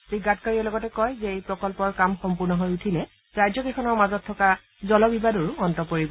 শ্ৰীগাডকাৰীয়ে লগতে কয় যে এই প্ৰকল্পৰ কাম সম্পূৰ্ণ হৈ উঠিলে ৰাজ্যকেইখনৰ মাজত থকা জল বিবাদৰো অন্ত পৰিব